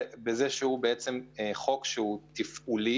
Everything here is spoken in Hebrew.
שהוא תפעולי